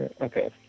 okay